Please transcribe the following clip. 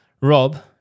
Rob